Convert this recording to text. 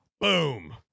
Boom